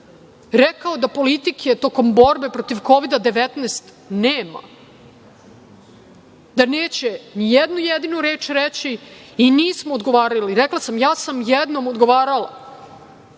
rekao da politike tokom borbe protiv Kovida 19 nema, da neće nijednu jedinu reč reći i nismo odgovarali. Rekla sam, ja sam jednom odgovarala